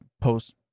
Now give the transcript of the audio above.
post